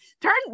turn